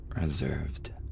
reserved